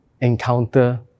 encounter